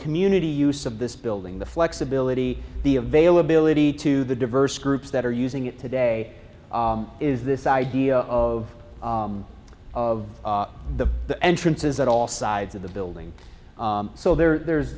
community use of this building the flexibility the availability to the diverse groups that are using it today is this idea of of the the entrances at all sides of the building so there's there's